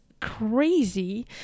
crazy